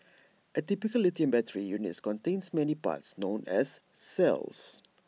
A typical lithium battery unit contains many parts known as cells